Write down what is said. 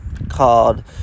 called